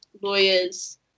lawyers